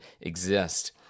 exist